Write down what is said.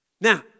Now